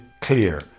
clear